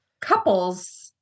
couples